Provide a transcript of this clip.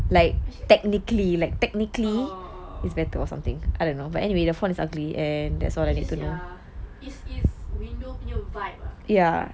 actually oh oh oh it's just ya its it's windows punya vibe lah